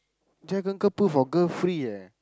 Jack uncle put for girl free eh